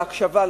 להקשבה,